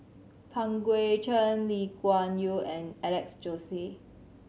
Pang Guek Cheng Lee Kuan Yew and Alex Josey